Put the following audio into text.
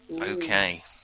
Okay